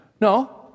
No